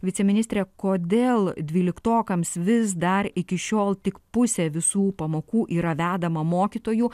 viceministre kodėl dvyliktokams vis dar iki šiol tik pusė visų pamokų yra vedama mokytojų